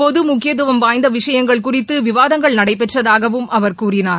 பொது முக்கியத்துவம் வாய்ந்த விஷயங்கள் குறித்து விவாதங்கள் நடைபெற்றதாகவும் அவர் கூறினார்